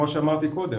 כמו שאמרתי קודם,